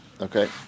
Okay